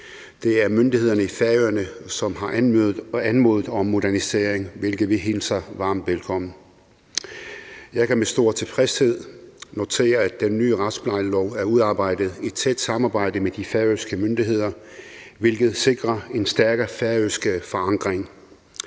Det er myndighederne i Færøerne, som har anmodet om en modernisering, hvilket vi hilser varmt velkommen. Jeg kan med stor tilfredshed notere, at den nye retsplejelov er udarbejdet i et tæt samarbejde med de færøske myndigheder, hvilket sikrer en stærkere færøsk forankring.